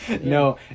No